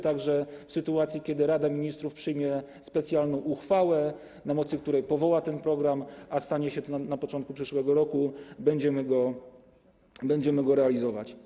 Tak że w sytuacji, kiedy Rada Ministrów przyjmie specjalną uchwałę, na mocy której powoła ten program, a stanie się to na początku przyszłego roku, będziemy go realizować.